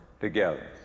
together